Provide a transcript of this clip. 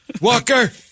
Walker